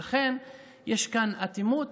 ולכן יש כאן אטימות.